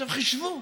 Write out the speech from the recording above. חישבו,